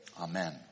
Amen